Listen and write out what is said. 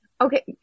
Okay